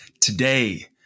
Today